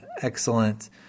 excellent